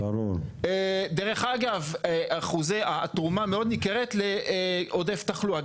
דרך אגב, תרומה מאוד ניכרת לעודף תחלואה.